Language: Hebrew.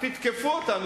תתקפו אותנו,